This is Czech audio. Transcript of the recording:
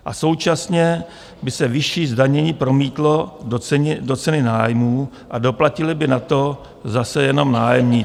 A současně by se vyšší zdanění promítlo do ceny nájmů a doplatili by na to zase jenom nájemníci.